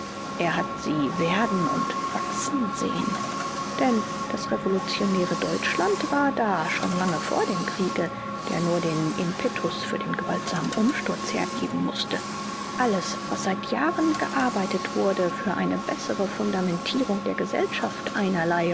er hat sie werden und wachsen sehen denn das revolutionäre deutschland war da schon lange vor dem kriege der nur den impetus für den gewaltsamen umsturz hergeben mußte alles was seit jahren gearbeitet wurde für eine bessere fundamentierung der gesellschaft einerlei